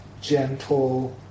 gentle